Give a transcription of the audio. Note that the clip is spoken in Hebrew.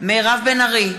מירב בן ארי,